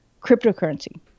cryptocurrency